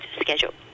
schedule